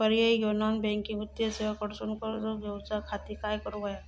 पर्यायी किंवा non banking वित्तीय सेवा कडसून कर्ज घेऊच्या खाती काय करुक होया?